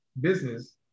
business